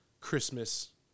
Christmas